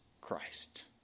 christ